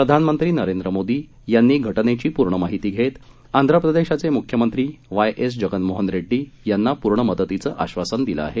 प्रधानमंत्री नरेंद्र मोदी यांनी घटनेची पूर्ण माहिती घेत आंध्रप्रदेशचे मुख्यमंत्री वाय एस जगनमोहन रेड्डी यांना पूर्ण मदतीचं आश्वासन दिलं आहे